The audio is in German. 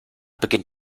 beginnt